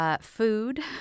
Food